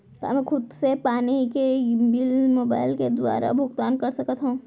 का मैं खुद से पानी के बिल मोबाईल के दुवारा भुगतान कर सकथव?